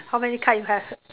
how many card you have